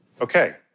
Okay